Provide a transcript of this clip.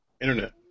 internet